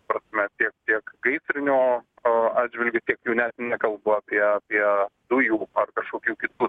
ta prasme tiek tiek gaisrinio atžvilgiu tiek jau net nekalbu apie apie dujų ar kažkokių kitų